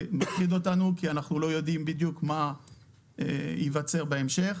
זה מלכד אותנו כי אנחנו לא יודעים בדיוק מה ייווצר בהמשך.